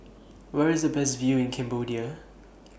Where IS The Best View in Cambodia